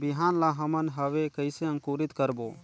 बिहान ला हमन हवे कइसे अंकुरित करबो?